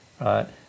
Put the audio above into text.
right